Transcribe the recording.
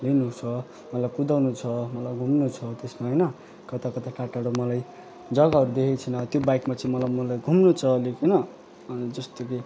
लिनु छ मलाई कुदाउनु छ मलाई घुम्नु छ त्यसमा होइन कता कता टाढोटाढो मलाई जग्गाहरू देखेको छैन त्यो बाइकमा चाहिँ मलाई मलाई घुम्नु छ अलिक होइन अनि जस्तो कि